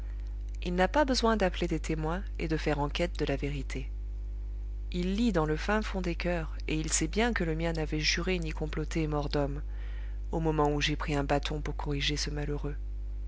il n'a pas besoin d'appeler des témoins et de faire enquête de la vérité il lit dans le fin fond des coeurs et il sait bien que le mien n'avait juré ni comploté mort d'homme au moment où j'ai pris un bâton pour corriger ce malheureux